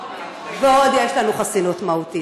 חסינות מהותית.